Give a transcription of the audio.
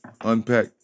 unpack